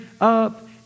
up